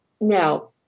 Now